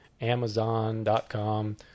Amazon.com